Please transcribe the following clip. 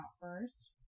first